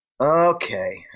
Okay